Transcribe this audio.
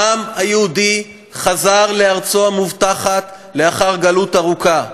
העם היהודי חזר לארצו המובטחת לאחר גלות ארוכה.